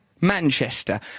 manchester